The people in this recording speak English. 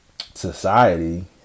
society